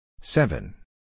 Seven